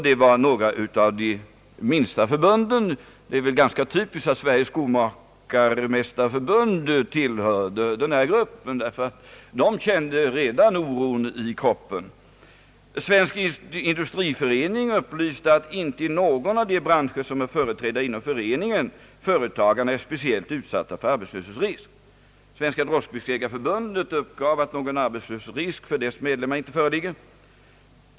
Det var några av de minsta förbunden. Det är ganska typiskt att Sveriges skomakarmästarförbund tillhörde denna grupp, ty dess medlemmar kände redan oron i kroppen. Svensk industriförening upplyste att inte i någon av de branscher som är företrädda inom föreningen var företagarna speciellt utsatta för arbetslöshetsrisk. Svenska droskbilägareförbundet uppgav att någon arbetslöshetsrisk för dess medlemmar inte föreligger.